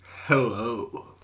Hello